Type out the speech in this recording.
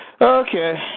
Okay